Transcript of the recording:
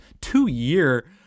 two-year